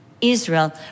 Israel